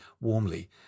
warmly